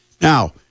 Now